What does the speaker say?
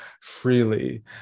freely